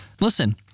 Listen